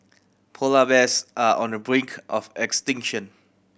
polar bears are on the brink of extinction